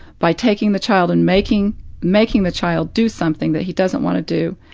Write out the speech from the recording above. by taking the child and making making the child do something that he doesn't want to do,